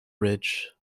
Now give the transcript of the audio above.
ridge